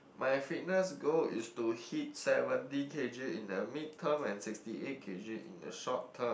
my fitness goal is to hit seventy K_G in the mid term and sixty eight K_G in the short term